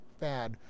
bad